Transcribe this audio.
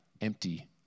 empty